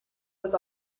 was